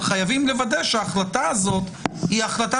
אבל חייבים לוודא שההחלטה הזאת היא החלטה